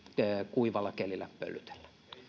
kuivalla kelillä pöllytellä